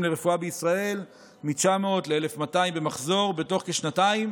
לרפואה בישראל מ-900 ל-1,200 במחזור בתוך כשנתיים,